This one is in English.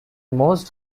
most